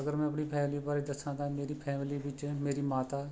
ਅਗਰ ਮੈਂ ਆਪਣੀ ਫੈਮਲੀ ਬਾਰੇ ਦੱਸਾਂ ਤਾਂ ਮੇਰੀ ਫੈਮਿਲੀ ਵਿੱਚ ਮੇਰੀ ਮਾਤਾ